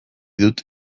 dut